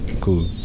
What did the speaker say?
cool